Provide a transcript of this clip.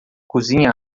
cozinha